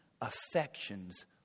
affections